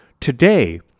today